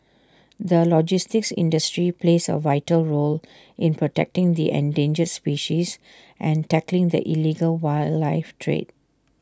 the logistics industry plays A vital role in protecting the endangered species and tackling the illegal wildlife trade